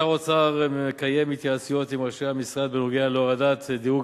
שר האוצר מקיים התייעצויות עם ראשי המשרד בנוגע להורדת דירוג